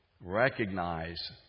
recognize